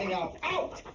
out! out!